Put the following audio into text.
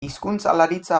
hizkuntzalaritza